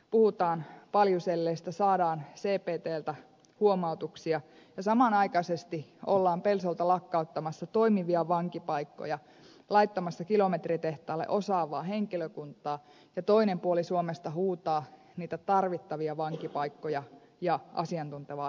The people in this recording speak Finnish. puhutaan paljuselleistä saadaan cptltä huomautuksia ja samanaikaisesti ollaan pelsolta lakkauttamassa toimivia vankipaikkoja laittamassa kilometritehtaalle osaavaa henkilökuntaa ja toinen puoli suomesta huutaa niitä tarvittavia vankipaikkoja ja asiantuntevaa henkilökuntaa